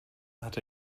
hat